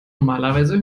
normalerweise